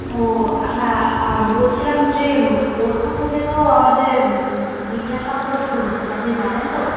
ও হ্যাঁ বলছিলাম যে পরশু থেকে তো আমাদের বিজ্ঞান সপ্তাহ শুরু হচ্ছে আপনি জানেন তো